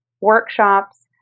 workshops